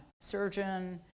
surgeon